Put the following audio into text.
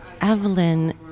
Evelyn